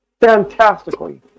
fantastically